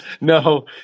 No